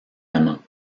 amant